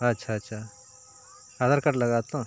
ᱟᱪᱪᱷᱟ ᱟᱪᱪᱷᱟ ᱟᱫᱷᱟᱨ ᱠᱟᱨᱰ ᱞᱟᱜᱟᱜᱼᱟ ᱛᱚ